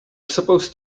supposed